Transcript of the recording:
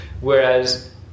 whereas